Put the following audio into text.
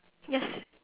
yes